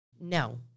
No